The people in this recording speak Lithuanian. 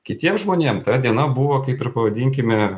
kitiem žmonėm ta diena buvo kaip ir pavadinkime